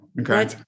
okay